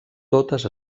totes